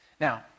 Now